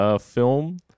film